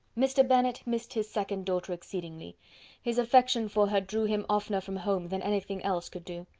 mr. bennet missed his second daughter exceedingly his affection for her drew him oftener from home than anything else could do.